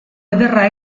ederra